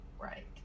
Right